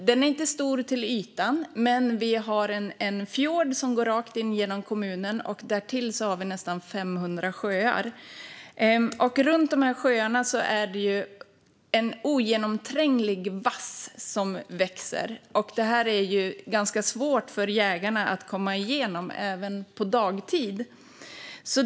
Den är inte stor till ytan, men vi har en fjord som går rakt igenom kommunen och därtill nästan 500 sjöar. Runt dessa sjöar växer en ogenomtränglig vass. Den är ganska svår för jägarna att komma igenom, även på dagtid.